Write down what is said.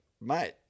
mate